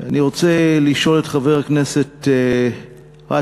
אני רוצה לשאול את חבר הכנסת גאטס,